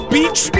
Beach